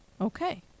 Okay